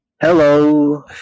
Hello